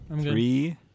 Three